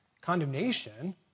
Condemnation